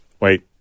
Wait